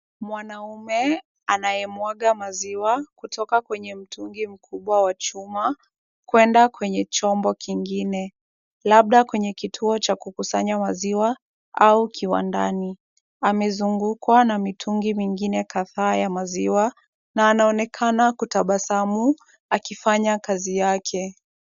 Mwanaume anayemwaga maziwa, kutoka kwenye mtungi mkubwa wa chuma, kwenda kwenye chombo kingine, labda kwenye kituo cha kukusanya maziwa, au kiwandani. Amezungukwa na mitungi mingine kadhaa ya maziwa, na anaonekana kutabasamu, akifanya kazi yake.